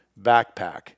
backpack